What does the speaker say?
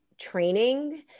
training